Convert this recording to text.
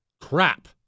Crap